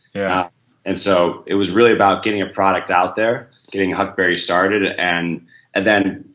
yeah and so it was really about getting a product out there, getting huckberry started and and then